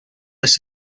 list